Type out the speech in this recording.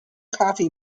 coffee